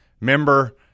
member